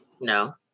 No